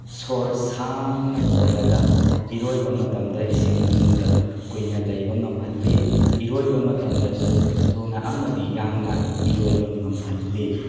ꯁꯣꯔ ꯁꯥꯡꯅ ꯍꯣꯜꯂꯒ ꯏꯔꯣꯏꯕ ꯃꯇꯝꯗ ꯏꯁꯤꯡ ꯃꯅꯨꯡꯗ ꯀꯨꯏꯅ ꯂꯩꯕ ꯉꯝꯍꯜꯂꯤ ꯏꯔꯣꯏꯕ ꯃꯇꯝꯗꯁꯨ ꯊꯨꯅ ꯑꯃꯗꯤ ꯌꯥꯡꯅ ꯏꯔꯣꯏꯕ ꯉꯝꯍꯜꯂꯤ